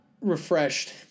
refreshed